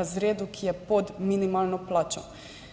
razredu, ki je pod minimalno plačo.